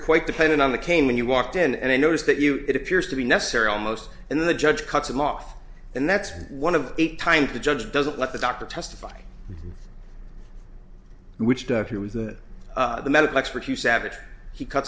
quite dependent on the came when you walked in and i noticed that you it appears to be necessary almost and then the judge cuts him off and that's one of a times the judge doesn't let the doctor testify which doctor was the medical expert you savage he cut